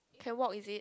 can walk is it